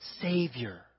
savior